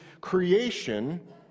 creation